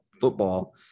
football